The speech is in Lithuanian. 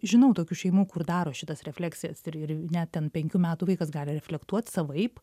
žinau tokių šeimų kur daro šitas refleksijas ir ir net ten penkių metų vaikas gali reflektuot savaip